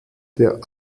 der